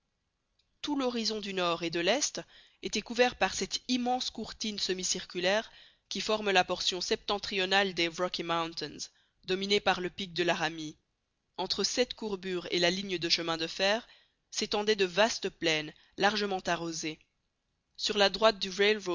tout l'horizon du nord et de l'est était couvert par cette immense courtine semi-circulaire qui forme la portion septentrionale des rocky mountains dominée par le pic de laramie entre cette courbure et la ligne de fer s'étendaient de vastes plaines largement arrosées sur la droite du